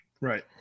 Right